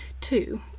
Two